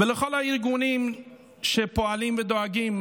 ולכל הארגונים שפועלים ודואגים